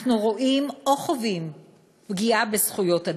אנחנו רואים או חווים פגיעה בזכויות אדם.